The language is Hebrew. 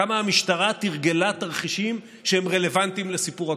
כמה המשטרה תרגלה תרחישים שהם רלוונטיים לסיפור הקורונה.